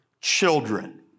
children